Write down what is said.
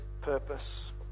purpose